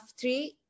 three